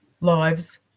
lives